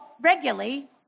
regularly